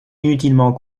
inutilement